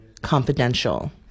confidential